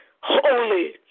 holy